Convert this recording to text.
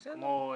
כמו: